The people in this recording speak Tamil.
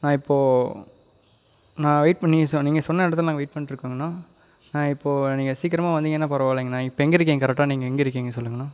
அண்ணா இப்போது நான் வெயிட் பண்ணி ச நீங்கள் சொன்ன இடத்துல நாங்கள் வெயிட் பண்ணிருக்கோங்கண்ணா அண்ணா இப்போது நீங்கள் சீக்கிரமாக வந்தீங்கன்னா பரவாயில்லைங்கண்ணா இப்போ எங்கே இருக்கீங்க கரெக்டாக நீங்கள் எங்கே இருக்கீங்க சொல்லுங்கண்ணா